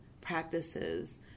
practices